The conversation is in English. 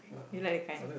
you like that kind